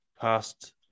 past